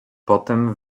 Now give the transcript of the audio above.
potem